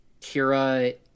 Kira